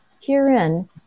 herein